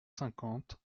cinquante